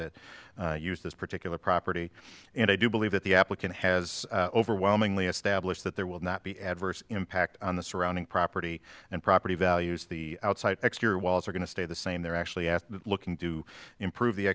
to use this particular property and i do believe that the applicant has overwhelmingly established that there will not be adverse impact on the surrounding property and property values the outside exterior walls are going to stay the same they're actually asked looking to improve the